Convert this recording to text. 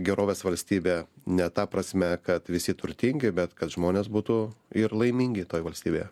gerovės valstybė ne ta prasme kad visi turtingi bet kad žmonės būtų ir laimingi toj valstybėje